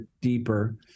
deeper